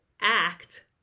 act